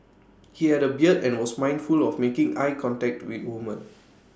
he had A beard and was mindful of making eye contact with woman